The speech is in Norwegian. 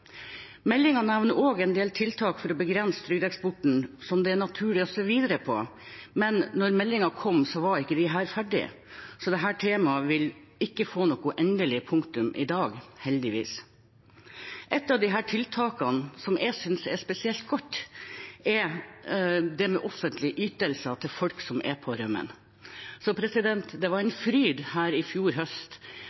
nevner også en del tiltak for å begrense trygdeeksporten, som det er naturlig å se videre på, men da meldingen kom, var ikke disse ferdige, så dette temaet vil ikke få noe endelig punktum i dag, heldigvis. Ett av tiltakene som jeg synes er spesielt godt, gjelder offentlige ytelser til folk som er på rømmen. Så det var en